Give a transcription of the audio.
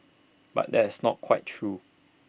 but that is not quite true